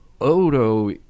Odo